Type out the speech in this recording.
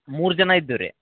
ಮೂರು ಜನ ಇದ್ದೀವಿ ರೀ